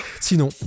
sinon